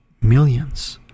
Millions